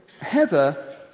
Heather